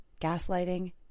gaslighting